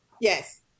Yes